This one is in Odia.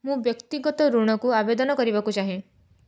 ମୁଁ ବ୍ୟକ୍ତିଗତ ଋଣକୁ ଆବେଦନ କରିବାକୁ ଚାହେଁ